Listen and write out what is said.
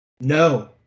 No